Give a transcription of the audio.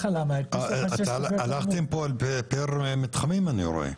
הלכתם פה פר מתחמים, אני רואה.